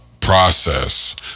process